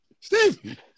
Steve